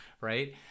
right